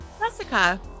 Jessica